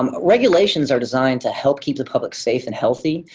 um regulations are designed to help keep the public safe and healthy,